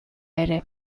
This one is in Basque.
ere